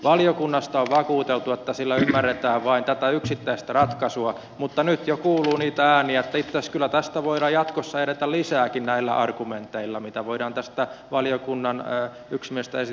valiokunnasta on vakuuteltu että sillä ymmärretään vain tätä yksittäistä ratkaisua mutta nyt jo kuuluu niitä ääniä että itse asiassa kyllä tästä voidaan jatkossa edetä lisääkin näillä argumenteilla mitä voidaan tästä valiokunnan yksimielisestä esityksestä tehdä